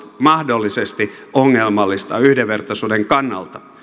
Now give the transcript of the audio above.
mahdollisesti ongelmallista yhdenvertaisuuden kannalta